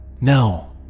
No